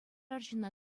арҫынна